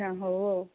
ଆଚ୍ଛା ହଉ ଆଉ